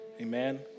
Amen